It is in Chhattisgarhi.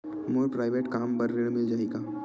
मोर प्राइवेट कम बर ऋण मिल जाही का?